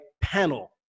panel